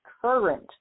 current